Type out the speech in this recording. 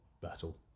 battle